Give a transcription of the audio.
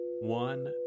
one